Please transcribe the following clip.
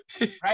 Right